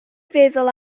feddwl